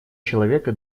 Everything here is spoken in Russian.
человека